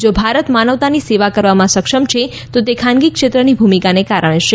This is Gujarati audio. જો ભારત માનવતાની સેવા કરવામાં સક્ષમ છે તો તે ખાનગી ક્ષેત્રની ભૂમિકાને કારણે છે